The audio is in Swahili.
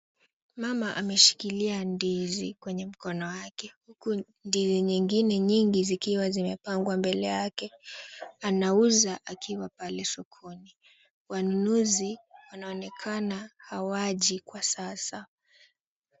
Mama ameshikilia ndizi kwenye mkono wake huku ndizi nyingine nyingi zikiwa zimepangwa mbele yake. Anauza akiwa pale sokoni. Wanunuzi wanaonekana hawaji kwa sasa.